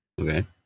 Okay